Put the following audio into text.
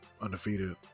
undefeated